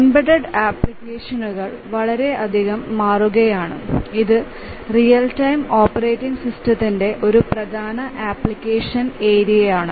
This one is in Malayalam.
എംബഡഡ് ആപ്ലിക്കേഷനുകൾ വളരെയധികം മാറുകയാണ് ഇത് റിയൽ ടൈം ഓപ്പറേറ്റിംഗ് സിസ്റ്റത്തിന്റെ ഒരു പ്രധാന ആപ്ലിക്കേഷൻ ഏരിയയാണ്